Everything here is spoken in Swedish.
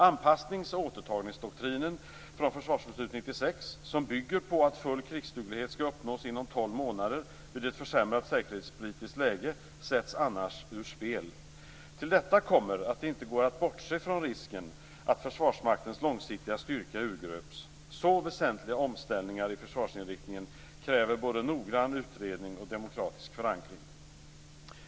Anpassnings och återtagningsdoktrinen från Försvarsbeslut 96, som bygger på att full krigsduglighet skall uppnås inom tolv månader vid ett försämrat säkerhetspolitiskt läge, sätts annars ur spel. Till detta kommer att det inte går att bortse från risken att Försvarsmaktens långsiktiga styrka urgröps. Så väsentliga omställningar i försvarsinriktningen kräver både noggrann utredning och demokratisk förankring.